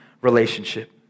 relationship